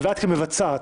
ואת כמבצעת,